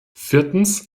viertens